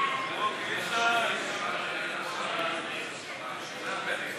חוק נציבות תלונות הציבור על מייצגי המדינה בערכאות,